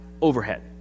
overhead